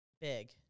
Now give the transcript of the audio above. big